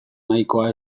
nahikoa